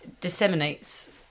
disseminates